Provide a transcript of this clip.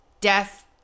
death